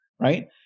Right